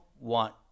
want